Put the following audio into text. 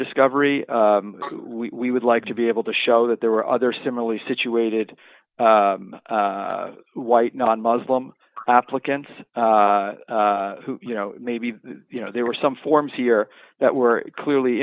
discovery we would like to be able to show that there were other similarly situated white non muslim applicants who you know maybe you know there were some forms here that were clearly